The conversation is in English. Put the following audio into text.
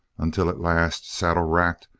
until at last, saddle-racked,